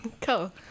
cool